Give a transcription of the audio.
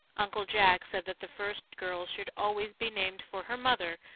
uncle jack said that the first girl should always be named for her mother,